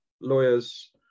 lawyers